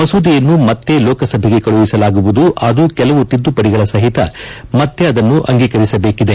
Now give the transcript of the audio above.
ಮಸೂದೆಯನ್ನು ಮತ್ತೆ ಲೋಕಸಭೆಗೆ ಕಳುಹಿಸಲಾಗುವುದು ಅದು ಕೆಲವು ತಿದ್ದುಪಡಿಗಳ ಸಹಿತ ಮತ್ತೆ ಅದನ್ನು ಅಂಗೀಕರಿಸಬೇಕಿದೆ